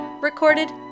recorded